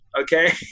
Okay